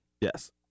Yes